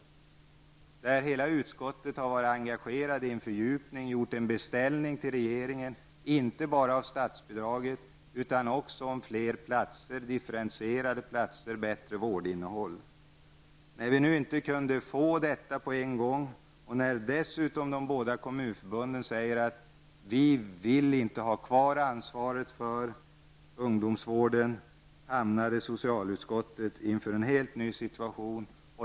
Beträffande det sista har hela utskottet varit engagerat i en fördjupning och gjort en beställning till regeringen, inte bara när det gäller statsbidraget utan även när det gäller fler och differentierade platser och bättre vårdinnehåll. När vi i utskottet inte kunde få detta på en gång, och när de båda kommunförbunden dessutom har sagt att de inte vill ha kvar ansvaret för ungdomsvården, hamnade socialutskottet inför en helt ny situation.